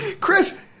Chris